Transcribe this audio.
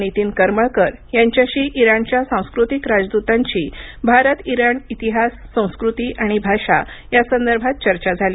नितीन करमळकर यांच्याशी इराणच्या सांस्कृतिक राजदूतांची भारत इराण इतिहास संस्कृती आणि भाषा या संदर्भात चर्चा झाली